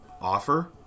offer